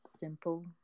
Simple